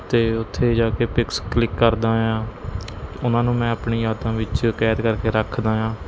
ਅਤੇ ਉੱਥੇ ਜਾ ਕੇ ਪਿਕਸ ਕਲਿੱਕ ਕਰਦਾ ਹਾਂ ਉਹਨਾਂ ਨੂੰ ਮੈਂ ਆਪਣੀ ਯਾਦਾਂ ਵਿੱਚ ਕੈਦ ਕਰਕੇ ਰੱਖਦਾ ਹਾਂ